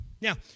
Now